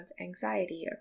anxiety